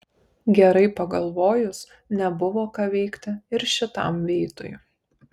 gerai pagalvojus nebuvo ką veikti ir šitam veitui